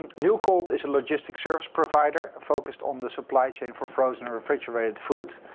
ah newcold is a logistics service provider focused on the supply chain for frozen or refrigerated food.